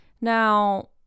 Now